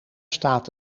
staat